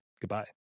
goodbye